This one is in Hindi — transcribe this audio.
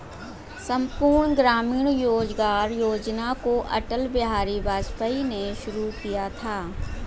संपूर्ण ग्रामीण रोजगार योजना को अटल बिहारी वाजपेयी ने शुरू किया था